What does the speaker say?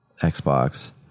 Xbox